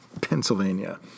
Pennsylvania